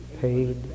paid